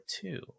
two